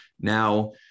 Now